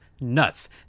nuts